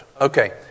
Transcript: Okay